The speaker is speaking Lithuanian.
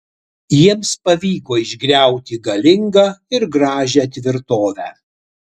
jiems pavyko išgriauti galingą ir gražią tvirtovę